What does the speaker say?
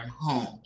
home